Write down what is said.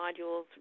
modules